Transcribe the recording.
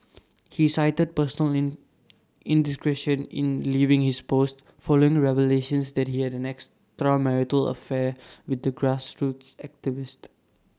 he cited personal indiscretion in leaving his post following revelations that he had an extramarital affair with the grassroots activist